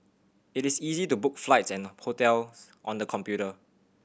it is easy to book flights and hotels on the computer